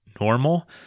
normal